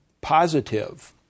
positive